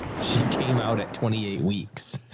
she came out at twenty eight weeks.